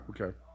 Okay